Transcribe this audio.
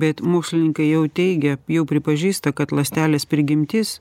bet mokslininkai jau teigia jau pripažįsta kad ląstelės prigimtis